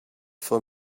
for